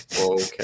okay